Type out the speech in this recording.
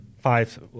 five